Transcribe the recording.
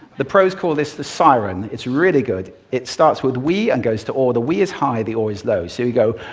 the pros call this the siren. it's really good. it starts with we and goes to aw. the we is high, the aw is low. so you go,